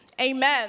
Amen